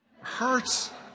hurts